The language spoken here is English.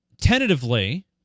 tentatively